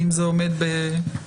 האם זה עומד בדרישות.